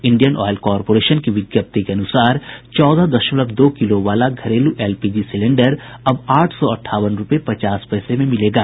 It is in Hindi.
इंडियन ऑयल कारपोरेशन की विज्ञप्ति के अनुसार चौदह दशमलव दो किलो वाला घरेलू एलपीजी सिलेंडर अब आठ सौ अंठावन रूपये पचास पैसे में मिलेगा